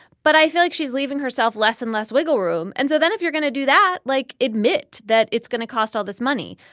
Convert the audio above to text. but i feel like she's leaving herself less and less wiggle room. and so then if you're gonna do that like admit that it's going to cost all this money.